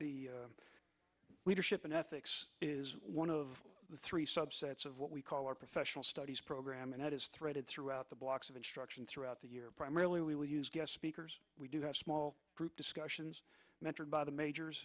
the leadership in ethics one of the three subsets of what we call our professional studies program and that is threaded throughout the blocks of instruction throughout the year primarily we will use guest speakers we do have small group discussions mentored by the majors